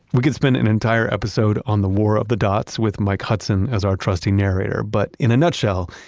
we could spend an entire episode on the war of the dots with mike hudson as our trusty narrator. but in a nutshell,